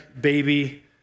baby